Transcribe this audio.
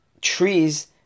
trees